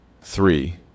Three